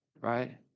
right